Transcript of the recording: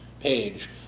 page